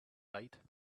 bite